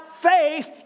faith